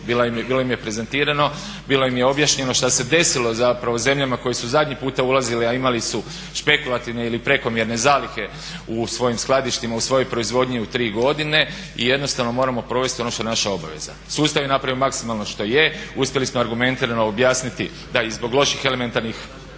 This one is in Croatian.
bilo im je prezentirano, bilo im je objašnjeno šta se desilo zapravo u zemljama koje su zadnji puta ulazile, a imale su špekulativne ili prekomjerne zalihe u svojim skladištima, u svojoj proizvodnji u 3 godine i jednostavno moramo provesti ono što je naša obaveza. Sustav je napravio maksimalno što je, uspjeli smo argumentirano objasniti da i zbog loših vremenskih